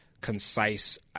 concise